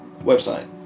website